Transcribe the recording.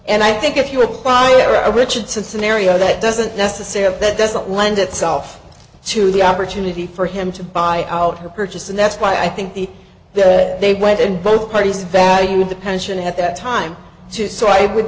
and i think if you're a pilot or a richardson scenario that doesn't necessarily that doesn't lend itself to the opportunity for him to buy out her purchase and that's why i think the they went and both parties valued the pension at that time too so i would